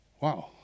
Wow